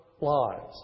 lives